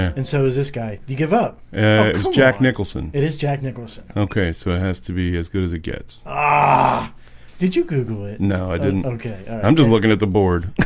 and so is this guy you give up is jack nicholson. it is jack nicholson okay, so it has to be as good as it gets ah did you google it? no? i didn't okay. i'm just looking at the board